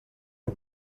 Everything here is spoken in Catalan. amb